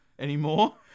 Anymore